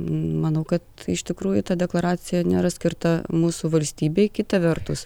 manau kad iš tikrųjų ta deklaracija nėra skirta mūsų valstybei kita vertus